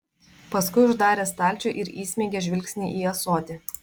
paskui uždarė stalčių ir įsmeigė žvilgsnį į ąsotį